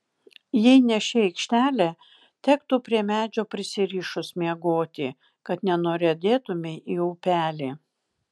jei ne ši aikštelė tektų prie medžio prisirišus miegoti kad nenuriedėtumei į upelį